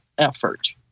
effort